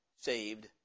saved